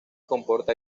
comporta